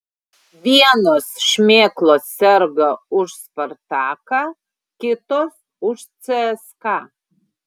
vienos šmėklos serga už spartaką kitos už cska